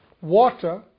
water